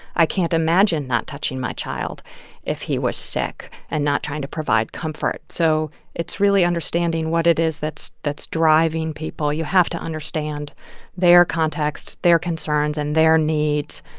i can't imagine not touching my child if he was sick and not trying to provide comfort. so it's really understanding what it is that's that's driving people. you have to understand their contexts, their concerns and their needs.